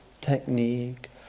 technique